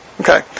Okay